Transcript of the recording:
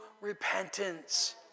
repentance